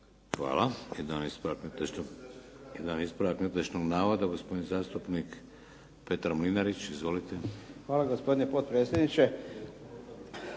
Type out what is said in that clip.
Hvala. Jedan ispravak netočnog navoda gospodin zastupnik Petar Mlinarić. Izvolite. **Mlinarić, Petar